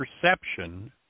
perception